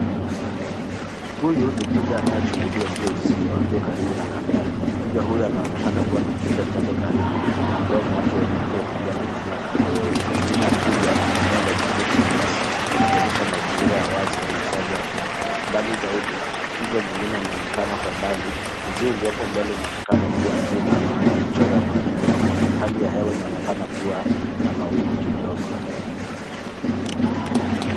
Huyu ni twiga anayechungulia Juu ya uzio akiwa karibu na kamera. Twiga huyu anaonekana kuwa na kichwa chake karibu na mdomo wake wenye pua kubwa na manyoya kahawia. Nyuma ya twiga, kuna eneo la miti na nyasi ikionyesha mazingira ya wazi au kuhifadhi wa wanyama. Mbali zaidi, twiga mwingine anaonekana kwa mbali. Uzio uliopo mbele inaonekana kuwa chuma na una mchoro wa kupendeza. Hali ya hewa inaonekana kuwa na mawingu kidogo.